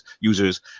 users